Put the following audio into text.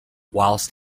whilst